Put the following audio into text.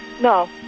No